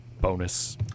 bonus